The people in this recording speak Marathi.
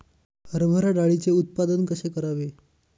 हरभरा डाळीचे उत्पादन कसे करावे?